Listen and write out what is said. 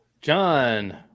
John